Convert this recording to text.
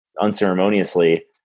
unceremoniously